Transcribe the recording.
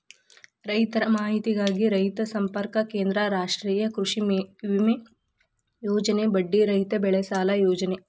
ರೈತರ ಮಾಹಿತಿಗಾಗಿ ರೈತ ಸಂಪರ್ಕ ಕೇಂದ್ರ, ರಾಷ್ಟ್ರೇಯ ಕೃಷಿವಿಮೆ ಯೋಜನೆ, ಬಡ್ಡಿ ರಹಿತ ಬೆಳೆಸಾಲ ಯೋಜನೆ